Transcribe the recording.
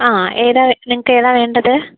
ആ ഏതാണ് നിങ്ങൾക്ക് ഏതാണ് വേണ്ടത്